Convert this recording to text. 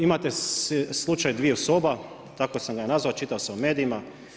Imate slučaj dviju soba, tako sam ga ja nazvao, čitao sam u medijima.